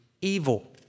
evil